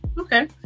Okay